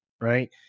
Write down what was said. right